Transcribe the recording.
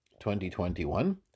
2021